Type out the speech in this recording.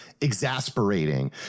exasperating